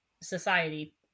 society